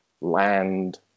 land